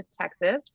Texas